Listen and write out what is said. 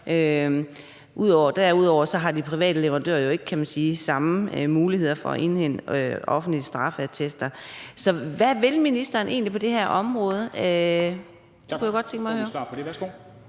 Derudover har de private leverandører, kan man sige, ikke de samme muligheder for at indhente offentlige straffeattester. Så hvad vil ministeren egentlig på det område?